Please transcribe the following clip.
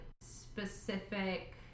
specific